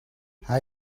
hij